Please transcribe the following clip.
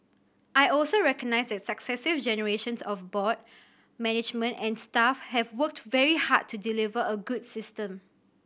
I also recognise that successive generations of board management and staff have worked very hard to deliver a good system